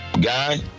guy